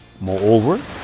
moreover